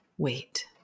Wait